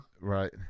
Right